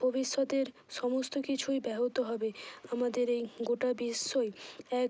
ভবিষ্যতের সমস্ত কিছুই ব্যাহত হবে আমাদের এই গোটা বিশ্বই এক